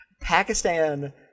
Pakistan